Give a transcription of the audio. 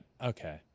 Okay